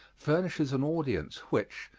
furnishes an audience which,